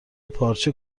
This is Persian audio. پارچه